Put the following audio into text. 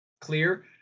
clear